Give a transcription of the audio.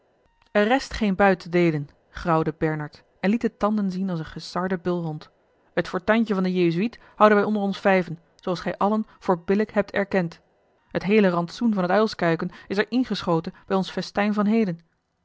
er rest geen buit te deelen grauwde bernard en liet de tanden zien als een gesarde bulhond het fortuintje van den jezuïet houden we onder ons vijven zooals gij allen voor billijk hebt erkend het heele rantsoen van het uilskuiken is er ingeschoten bij ons festijn van heden